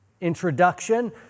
introduction